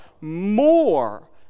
more